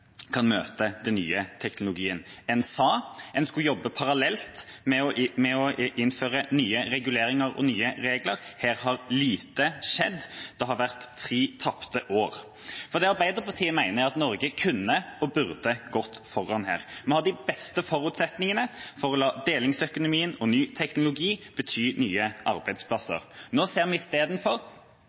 kan møte den nye teknologien. En sa at en skulle jobbe parallelt med å innføre nye reguleringer og nye regler. Her har lite skjedd, det har vært tre tapte år. Arbeiderpartiet mener at Norge kunne og burde gått foran her. Vi har de beste forutsetningene for å la delingsøkonomien og ny teknologi bety nye arbeidsplasser. Nå ser vi